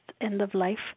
end-of-life